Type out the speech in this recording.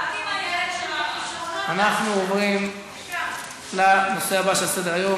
אנחנו עוברים לנושא הבא שעל סדר-היום.